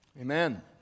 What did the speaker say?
Amen